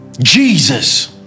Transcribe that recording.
Jesus